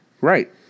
Right